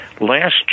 last